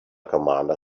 commander